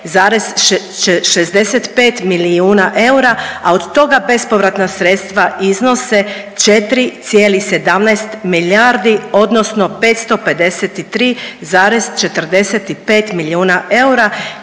milijuna eura a od toga bespovratna sredstva iznose 4,17 milijardi odnosno 553,45 milijuna eura